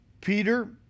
Peter